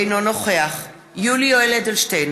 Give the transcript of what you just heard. אינו נוכח יולי יואל אדלשטיין,